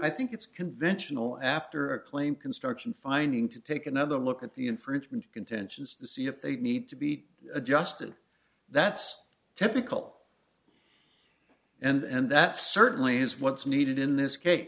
i think it's conventional after a claim construction finding to take another look at the infringement contentions to see if they need to be adjusted that's typical and that certainly is what's needed in this case